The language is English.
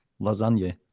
lasagne